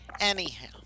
anyhow